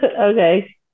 Okay